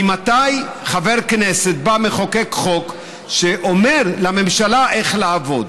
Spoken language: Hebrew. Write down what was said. ממתי חבר כנסת בא ומחוקק חוק שאומר לממשלה איך לעבוד?